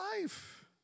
life